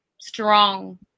strong